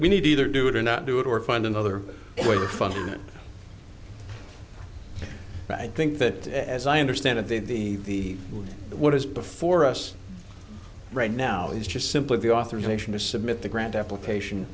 we need to either do it or not do it or find another way to fund it but i think that as i understand it that the what is before us right now it's just simply the authorization to submit the grant application